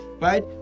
right